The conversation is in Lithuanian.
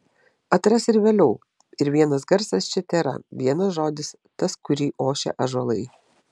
atras ir vėliau ir vienas garsas čia tėra vienas žodis tas kurį ošia ąžuolai